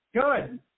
Good